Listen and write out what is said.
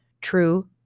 True